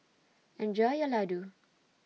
Enjoy your Laddu